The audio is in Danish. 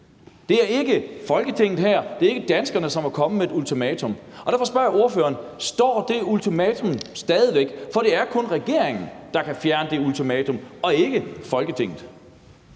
Det er ikke Folketinget her, det er ikke danskerne, som er kommet med et ultimatum, og derfor spørger jeg ordføreren: Står det ultimatum stadig væk? For det er kun regeringen, der kan fjerne det ultimatum, og ikke Folketinget.